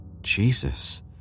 Jesus